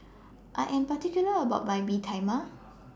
I Am particular about My Mee Tai Mak